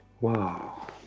wow